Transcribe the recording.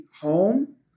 home